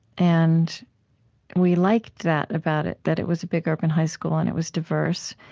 and we liked that about it, that it was a big urban high school, and it was diverse.